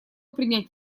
принять